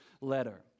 letter